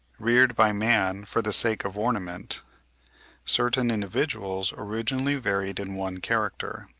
reared by man for the sake of ornament certain individuals originally varied in one character,